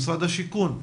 משרד השיכון,